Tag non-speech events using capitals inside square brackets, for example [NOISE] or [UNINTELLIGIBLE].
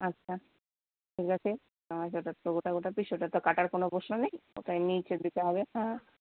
আচ্ছা ঠিক আছে [UNINTELLIGIBLE] ওটার তো গোটা গোটা পিস ওটা তো কাটার কোনও প্রশ্ন নেই ওটা এমনি ছেড়ে দিতে হবে হ্যাঁ